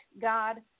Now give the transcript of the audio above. God